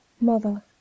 mother